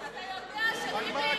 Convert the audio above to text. אתה יודע שביבי,